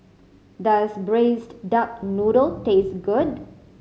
does Braised Duck Noodle taste good